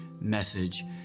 message